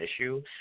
issue